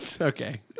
Okay